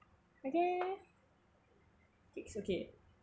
okay that's okay